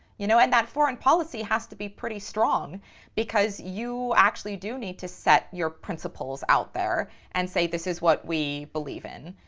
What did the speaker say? you know. and that foreign policy has to be pretty strong because you actually do need to set your principles out there and say this is what we believe in.